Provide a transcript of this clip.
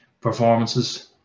performances